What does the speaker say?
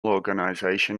organization